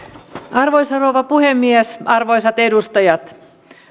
arvoisa rouva puhemies arvoisat edustajat